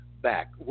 back